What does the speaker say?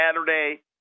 Saturday